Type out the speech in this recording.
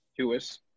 Hewis